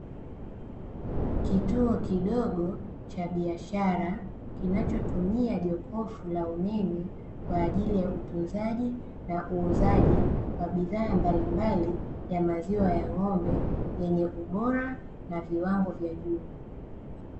Kituo kidogo cha biashara, kinachotumia jokofu la umeme, kwa ajili ya utunzaji na uuzaji wa bidhaa mbalimbali ya maziwa ya ng'ombe, yenye ubora na viwango vya juu.